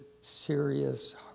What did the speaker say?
serious